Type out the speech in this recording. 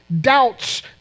doubts